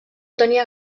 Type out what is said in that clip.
tenia